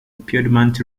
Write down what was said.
piedmont